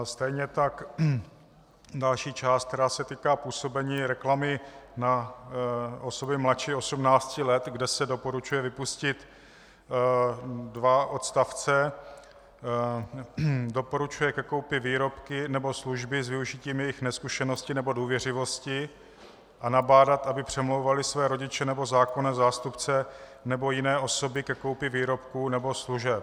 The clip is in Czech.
Stejně tak další část, která se týká působení reklamy na osoby mladší 18 let, kde se doporučuje vypustit dva odstavce doporučuje ke koupi výrobky nebo služby s využitím jejich nezkušenosti nebo důvěřivosti a nabádat, aby přemlouvaly své rodiče nebo zákonné zástupce nebo jiné osoby ke koupi výrobků nebo služeb.